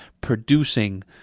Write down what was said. producing